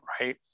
right